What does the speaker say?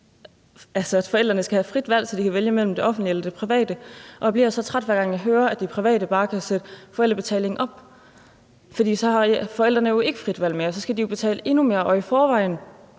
at forældrene skal have frit valg, så de kan vælge mellem det offentlige eller det private? Jeg bliver så træt, hver gang jeg hører, at de private bare kan sætte forældrebetalingen op, for så har forældrene jo ikke frit valg mere. Så skal de jo betale endnu mere, og i forvejen